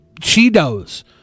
Cheetos